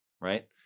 right